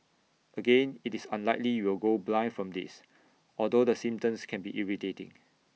again IT is unlikely you will go blind from this although the symptoms can be irritating